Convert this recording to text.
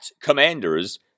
commanders